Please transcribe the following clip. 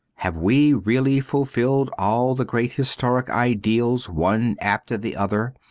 have we really fulfilled all the great historic ideals one after the other,